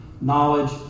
knowledge